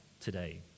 today